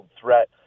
threat